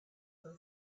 her